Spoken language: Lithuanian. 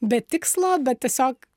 be tikslo bet tiesiog